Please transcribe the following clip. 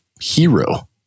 hero